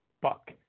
Buck